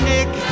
Nick